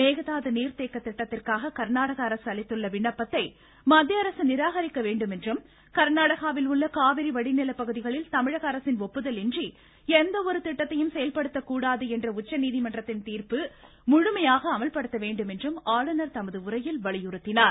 மேகதாது நீாத்தேக்க திட்டத்திற்காக கர்நாடக அரசு அளித்துள்ள விண்ணப்பத்தை மத்திய அரசு நிராகரிக்க வேண்டும் என்றும் கா்நாடகாவில் உள்ள காவிரி வடிநில பகுதிகளில் தமிழக அரசின் ஒப்புதல் இன்றி எந்தவொரு திட்டத்தையும் செயல்படுத்தக்கூடாது என்ற உச்சநீதிமன்றத்தின் தீர்ப்பு அமல்படுத்தப்பட வேண்டும் என்றும் ஆளுநர் தமது உரையில் வலியுறுத்தினார்